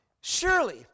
Surely